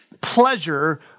pleasure